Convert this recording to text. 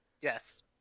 Yes